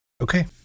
Okay